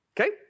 Okay